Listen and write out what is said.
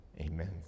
amen